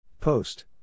Post